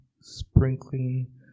sprinkling